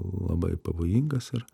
labai pavojingas ir